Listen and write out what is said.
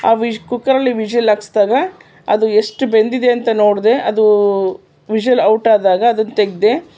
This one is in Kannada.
ಆ ವಿಶ್ ಕುಕ್ಕರಲ್ಲಿ ವಿಶಲ್ ಹಾಕ್ಸಿದಾಗ ಅದು ಎಷ್ಟು ಬೆಂದಿದೆ ಅಂತ ನೋಡಿದೆ ಅದೂ ವಿಶಲ್ ಔಟ್ ಆದಾಗ ಅದನ್ನ ತೆಗೆದೆ